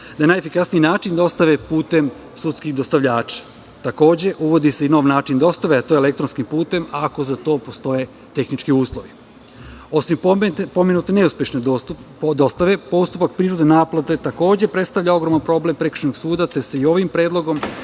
da je najefikasniji način dostave putem sudskih dostavljača. Takođe, uvodi se i novi način dostave, a to je elektronskim putem, ako za to postoje tehnički uslovi. Osim pomenute neuspešne dostave, postupak prinudne naplate takođe predstavlja ogroman problem prekršajnog suda, te se i ovim predlogom